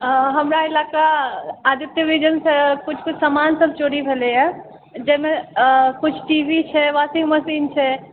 हमरा इलाका आदित्य विजन सँ किछु किछु समान सब चोरी भेलै यऽ जाहिमे किछु टी वी छै वाशिंग मशीन छै